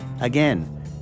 Again